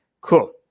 Cool